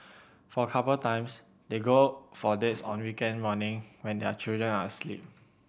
for couple times they go for dates on weekend morning when their children are asleep